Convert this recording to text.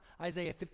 Isaiah